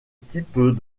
type